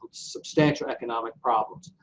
substantial economic problems.